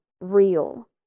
real